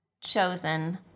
chosen